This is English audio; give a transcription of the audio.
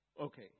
Okay